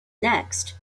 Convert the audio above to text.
next